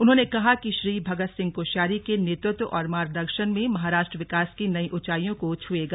उन्होंने कहा कि श्री भगत सिंह कोश्यारी के नेतृत्व और मार्गदर्शन में महाराष्ट्र विकास की नयी ऊंचाइयों को छुएगा